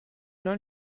neuen